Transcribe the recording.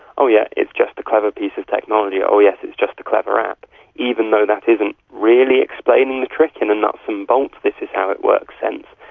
oh yeah, it's just a clever piece of technology oh yes, it's just a clever app even though that isn't really explaining the trick in a nuts-and-bolts, this-is-how-it-works sense,